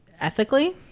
ethically